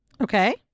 Okay